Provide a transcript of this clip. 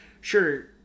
sure